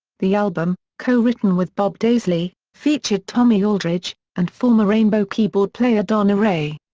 the album, co-written with bob daisley, featured tommy aldridge, and former rainbow keyboard player don airey.